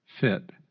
fit